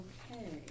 Okay